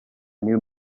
new